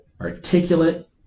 articulate